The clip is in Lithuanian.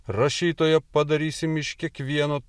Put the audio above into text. rašytoją padarysim iš kiekvieno